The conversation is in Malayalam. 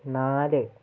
നാല്